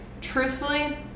truthfully